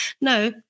No